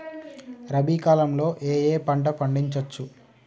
రబీ కాలంలో ఏ ఏ పంట పండించచ్చు?